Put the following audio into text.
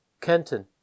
Kenton